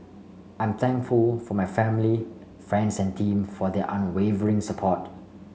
I'm thankful for my family friends and team for their unwavering support